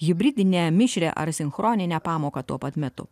hibridinę mišrią ar sinchroninę pamoką tuo pat metu